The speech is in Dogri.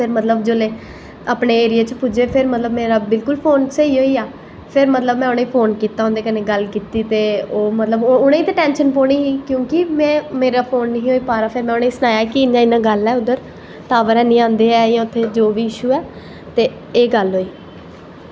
फिर मतलव जिसलै अपने एरिये च पुज्जे फिर फोन मेरा बिल्कुल स्हेई होइआ फिर में मतलव उनेंगी फोन कीता उंदे कन्नै गल्ल कीती ते उनेंगी गी ते मतलव टैंशन पौनीं ही क्योंकि मेरा फोन नेंई हा चला दा फिर में सनाया उनेंगी कि इयां इयां गल्ल ऐ उध्दर टॉवर नी आंदे ऐं उत्थें जां जो बी इशू ऐ ते एह् गल्ल होई